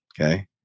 okay